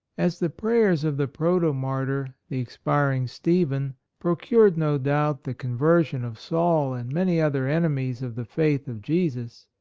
as the prayers of the proto-mar tyr, the expiring stephen, procured, no doubt, the conversion of saul and many other enemies of the faith of jesus,